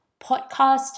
podcast